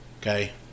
Okay